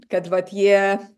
kad vat jie